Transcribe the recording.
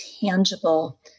tangible